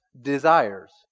desires